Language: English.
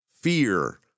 fear